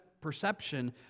perception